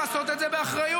לעשות את זה באחריות,